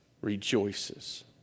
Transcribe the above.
rejoices